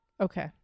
Okay